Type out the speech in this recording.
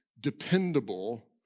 dependable